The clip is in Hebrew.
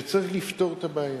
וצריך לפתור את הבעיה.